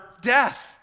death